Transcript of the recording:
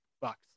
Bucks